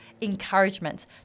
encouragement